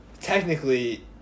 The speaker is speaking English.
technically